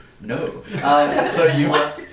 No